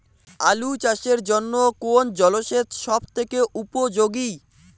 আলু চাষের জন্য কোন জল সেচ সব থেকে উপযোগী?